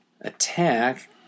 Attack